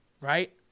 Right